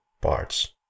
parts